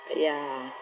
but ya